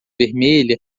vermelha